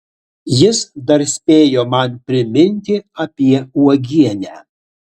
jis dar spėjo man priminti apie uogienę